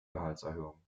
gehaltserhöhung